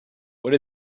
what